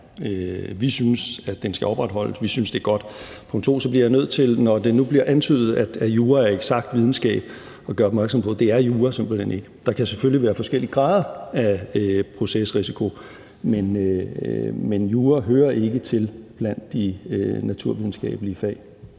Vi synes, den skal opretholdes. Vi synes, det er godt. Punkt 2, så bliver jeg nødt til, når nu det bliver antydet, at jura er en eksakt videnskab, at gøre opmærksom på, at det er jura simpelt hen ikke. Der kan selvfølgelig være forskellige grader af procesrisiko. Men jura hører ikke til blandt de naturvidenskabelige fag,